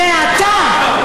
ואתה,